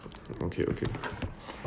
okay okay